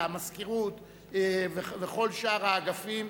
המזכירות וכל שאר האגפים,